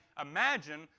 imagine